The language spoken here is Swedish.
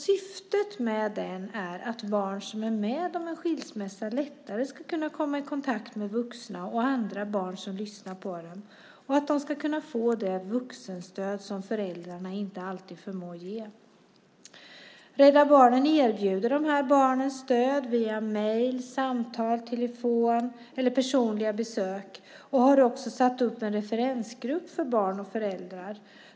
Syftet med den är att barn som varit med om en skilsmässa lättare ska kunna komma i kontakt med vuxna och andra barn som lyssnar på dem och få det vuxenstöd som föräldrarna inte alltid förmår ge. Rädda Barnen erbjuder de här barnen stöd via mejl, samtal, telefon eller personliga besök och har också satt upp en referensgrupp för barn och föräldrar.